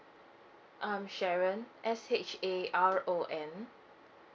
I'm sharon S H A R O N